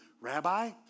Rabbi